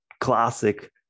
Classic